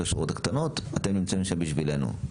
השורות הקטנות אתם נמצאים שם בשבילנו.